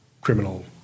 criminal